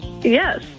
Yes